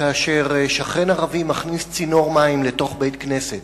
כאשר שכן ערבי מכניס צינור מים לתוך בית-כנסת,